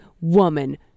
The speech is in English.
woman